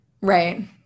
Right